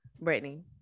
Brittany